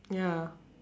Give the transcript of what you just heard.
ya